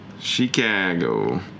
Chicago